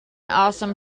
awesome